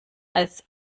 als